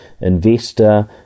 investor